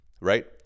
right